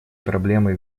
проблемой